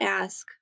ask